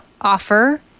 offer